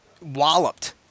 walloped